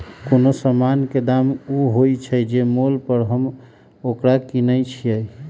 कोनो समान के दाम ऊ होइ छइ जे मोल पर हम ओकरा किनइ छियइ